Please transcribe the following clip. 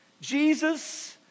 Jesus